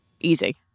Easy